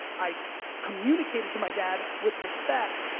i communicated to my dad with respect,